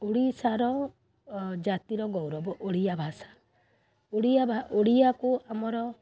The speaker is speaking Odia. ଓଡ଼ିଶାର ଜାତିର ଗୋୖରବ ଓଡ଼ିଆ ଭାଷା ଓଡ଼ିଆ ଭା ଓଡ଼ିଆକୁ ଆମର